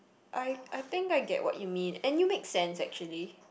I I think I get what you mean and you make sense actually